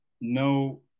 no